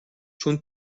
چون